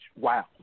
wow